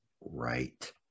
right